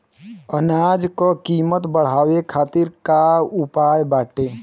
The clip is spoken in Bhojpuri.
अनाज क कीमत बढ़ावे खातिर का उपाय बाटे?